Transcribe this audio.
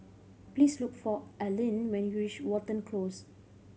please look for Arlyn when you reach Watten Close